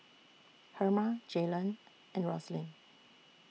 Herma Jalon and Roslyn